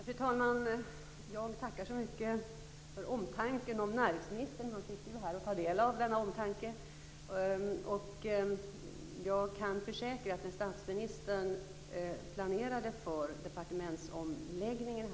Fru talman! Jag tackar så mycket för omtanken om näringsministern. Han sitter här och tar del av denna omtanke. Jag kan försäkra att denna tanke fanns med när statsministern planerade för departementsomläggningen.